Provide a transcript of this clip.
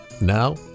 Now